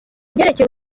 byerekeye